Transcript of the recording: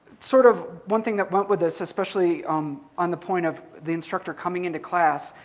sort of one thing that went with this, especially on the point of the instructor coming into class,